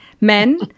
men